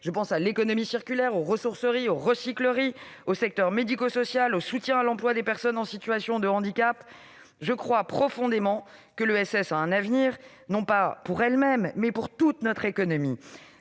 comme l'économie circulaire, les ressourceries, les recycleries, le secteur médico-social ou le soutien à l'emploi des personnes en situation de handicap. Je crois profondément que l'ESS a un avenir, non pas juste pour elle-même, mais pour toute notre économie.